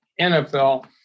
NFL